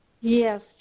Yes